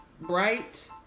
Bright